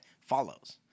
follows